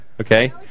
Okay